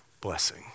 blessing